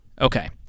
Okay